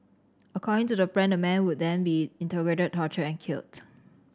according to the plan the man would then be interrogated tortured and killed